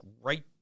right